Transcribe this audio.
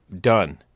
done